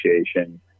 association